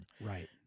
Right